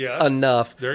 enough